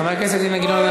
חבר הכנסת אילן גילאון,